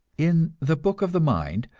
in the book of the mind,